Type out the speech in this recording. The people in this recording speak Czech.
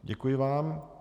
Děkuji vám.